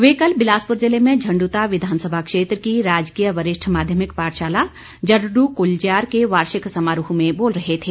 वे कल बिलासपुर जिले में झंडूता विधानसभा क्षेत्र की राजकीय वरिष्ठ माध्यमिक पाठशाला जड़ड़ कलज्यार के वार्षिक समारोह में बोल रहे थे